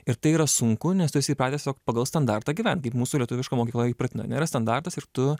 ir tai yra sunku nes tu esi įpratęs tiesiog pagal standartą gyvent kaip mūsų lietuviška mokykla įpratina yra standartas ir tu